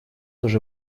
уже